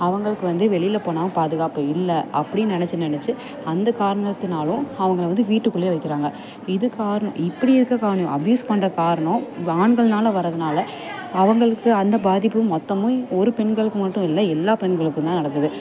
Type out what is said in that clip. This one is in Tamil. அவங்களுக்கு வந்து வெளியில் போனால் பாதுகாப்பு இல்லை அப்படி நினச்சி நினச்சி அந்த காரணத்தினாலும் அவங்கள வந்து வீட்டுக்குள்ளேயே வைக்கிறாங்க இது காரணம் இப்படிருக்க காரணம் அப்யூஸ் பண்ணுற காரணம் ஆண்கள்னால் வரதுனால அவங்களுக்கு அந்த பாதிப்பு மொத்தமும் ஒரு பெண்களுக்கு மட்டும் இல்லை எல்லா பெண்களுக்கும் தான் நடக்குது